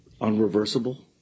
unreversible